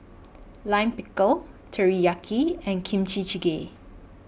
Lime Pickle Teriyaki and Kimchi Jjigae